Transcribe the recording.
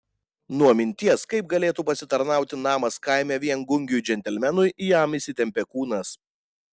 nuo minties kaip galėtų pasitarnauti namas kaime viengungiui džentelmenui jam įsitempė kūnas